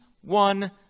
one